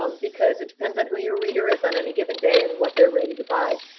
um because it depends on who your reader is on any given day and what they're ready to buy.